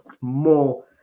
more